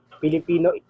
Filipino